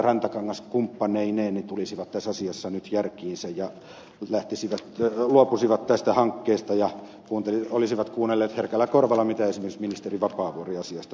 rantakangas kumppaneineen tulisi tässä asiassa nyt järkiinsä ja luopuisi tästä hankkeesta ja olisi kuunnellut herkällä korvalla mitä esimerkiksi ministeri vapaavuori asiasta sanoo